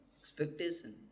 expectation